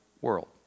world